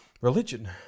Religion